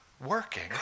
working